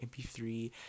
mp3